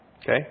Okay